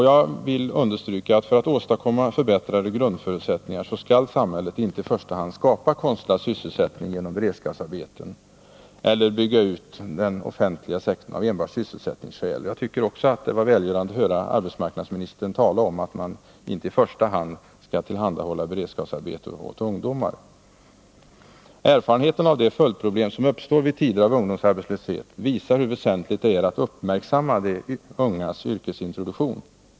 Jag vill understryka att samhället för att åstadkomma förbättrade grundförutsättningar inte i första hand skall skapa konstlad sysselsättning genom beredskapsarbeten eller bygga ut den offentliga sektorn enbart av sysselsättningsskäl. Det var välgörande att höra arbetsmarknadsministern säga att man inte i första hand skall tillhandahålla beredskapsarbeten för ungdomar. Erfarenheterna av de följdproblem som uppstår i tider av ungdomsarbetslöshet visar hur väsentligt det är att uppmärksamma de ungas yrkesintroduktion.